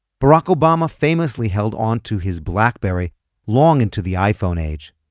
barack obama famously held onto his blackberry long into the iphone age.